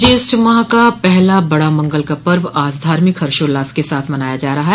ज्येष्ठ माह का पहला बड़ा मंगल का पर्व आज धार्मिक हर्षोल्लास के साथ मनाया जा रहा है